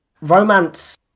romance